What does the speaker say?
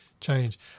change